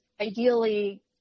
ideally